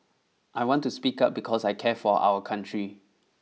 I want to speak up because I care for our country